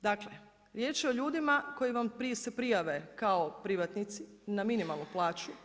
Dakle, riječ je o ljudima koji se prijave kao privatnici na minimalnu plaću.